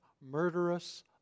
murderous